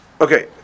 Okay